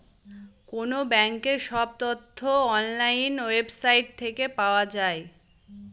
কোনো ব্যাঙ্কের সব তথ্য অনলাইন ওয়েবসাইট থেকে পাওয়া যায়